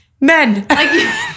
men